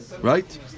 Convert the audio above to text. Right